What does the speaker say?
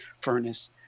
furnace